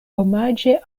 omaĝe